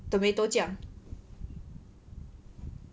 tomato 酱